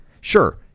Sure